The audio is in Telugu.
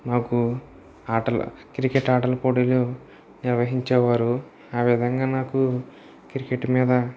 నాకు ఆటల క్రికెట్ ఆటల పోటీలు నిర్వహించేవారు ఆ విధంగా నాకు క్రికెట్ మీద